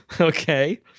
Okay